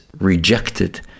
rejected